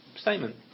statement